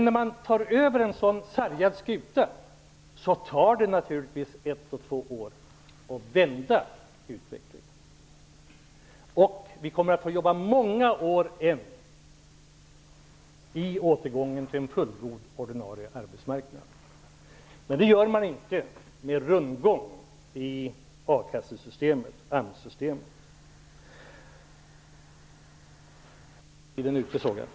När man tar över en så sargad skuta tar det naturligtvis ett till två år att vända utvecklingen, och vi kommer att få jobba många år än för en återgång till en fullgod ordinarie arbetsmarknad. Det gör man inte genom rundgång i akassesystemet eller AMS-systemet.